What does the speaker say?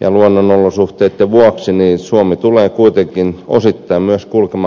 ja luonnonolosuhteidensa vuoksi suomi tulee kuitenkin osittain kulkemaan myös kumipyörillä